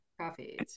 coffee